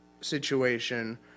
situation